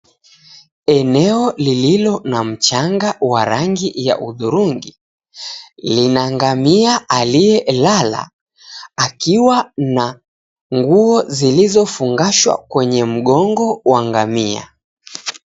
Eneo lililo na mchanga wa rangi ya hudhurungi lina ngamia aliyelala akiwa na nguo zilizofungashwa kwenye mgongo wa ngamia.